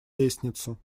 лестницу